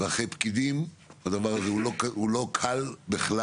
ואחרי פקידים, והדבר הזה לא קל בכלל.